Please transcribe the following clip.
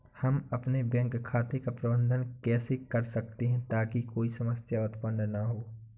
हम अपने बैंक खाते का प्रबंधन कैसे कर सकते हैं ताकि कोई समस्या उत्पन्न न हो?